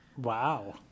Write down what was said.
Wow